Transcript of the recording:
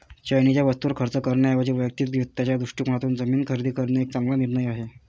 चैनीच्या वस्तूंवर खर्च करण्याऐवजी वैयक्तिक वित्ताच्या दृष्टिकोनातून जमीन खरेदी करणे हा एक चांगला निर्णय आहे